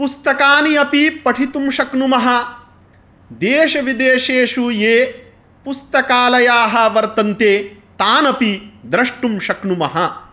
पुस्तकानि अपि पठितुं शक्नुमः देशविदेशेषु ये पुस्तकालयाः वर्तन्ते तानपि द्रष्टुं शक्नुमः